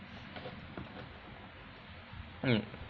mm